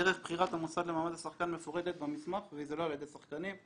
דרך בחירת המוסד למעמד השחקן מפורטת במסמך וזה לא על ידי השחקנים,